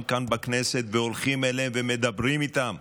כאן בכנסת והולכים אליהם ומדברים איתם,